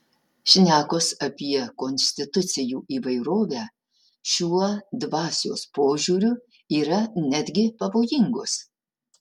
šnekos apie konstitucijų įvairovę šiuo dvasios pažiūriu yra netgi pavojingos